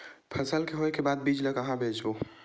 फसल के होय के बाद बीज ला कहां बेचबो?